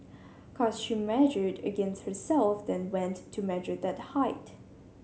cos she measured against herself then went to measure that height